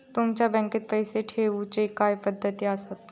तुमच्या बँकेत पैसे ठेऊचे काय पद्धती आसत?